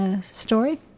story